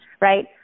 Right